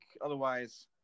otherwise